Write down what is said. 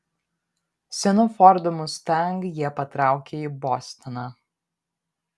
senu fordu mustang jie patraukė į bostoną